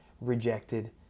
rejected